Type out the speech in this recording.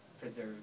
preserve